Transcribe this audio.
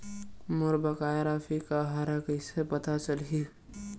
मोर बकाया राशि का हरय कइसे पता चलहि?